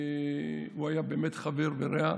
הוא היה באמת חבר ורע,